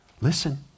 Listen